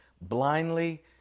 blindly